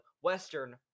western